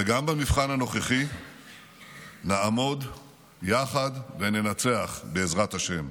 וגם במבחן הנוכחי נעמוד יחד וננצח, בעזרת השם.